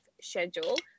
schedule